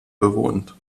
bewohnt